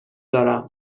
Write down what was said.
دارم